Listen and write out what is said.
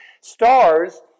stars